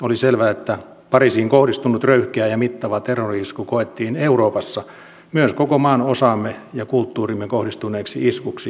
oli selvää että pariisiin kohdistunut röyhkeä ja mittava terrori isku koettiin euroopassa myös koko maanosaamme ja kulttuuriimme kohdistuneeksi iskuksi